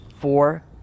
four